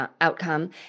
outcome